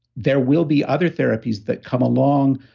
there will be other therapies that come along.